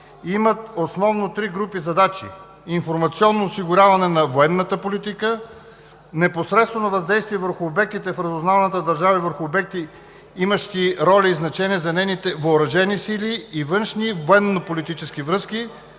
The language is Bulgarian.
имат основно три групи задачи – информационно осигуряване на военната политика, непосредствено въздействие върху обектите в разузнаваната държава и върху обекти, имащи роля и значение за нейните въоръжени сили и външни военно-политически връзки,